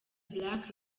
black